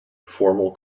formal